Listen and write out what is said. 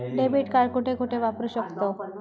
Debit card कुठे कुठे वापरू शकतव?